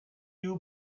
you